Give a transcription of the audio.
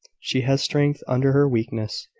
she has strength under her weakness,